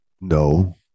No